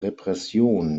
repression